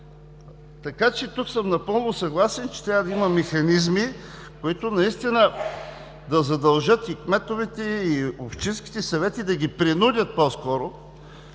Така че тук съм напълно съгласен, че трябва да има механизми, които да задължат и кметовете и общинските съвети, да ги принудят по-скоро,